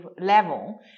level